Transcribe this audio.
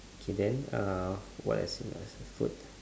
okay then uh what else in food